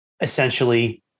essentially